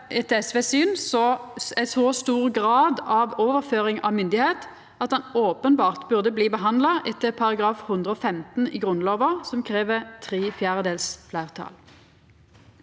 etter SVs syn ein så stor grad av overføring av myndigheit at han openbert burde bli behandla etter § 115 i Grunnlova, som krev tre fjerdedels fleirtal.